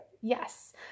Yes